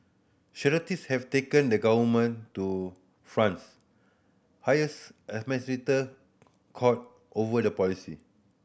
charities have taken the government to France highest administrate court over the policy